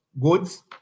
goods